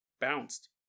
bounced